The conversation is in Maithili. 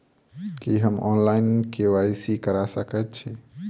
की हम ऑनलाइन, के.वाई.सी करा सकैत छी?